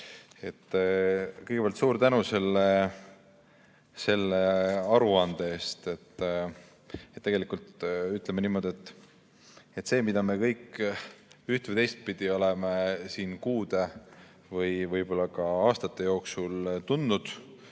Kõigepealt suur tänu selle aruande eest! Tegelikult, ütleme niimoodi, et see, mida me kõik üht‑ või teistpidi oleme siin kuude või võib-olla ka aastate jooksul tundnud,